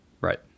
right